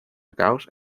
caos